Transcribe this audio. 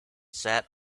sat